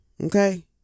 okay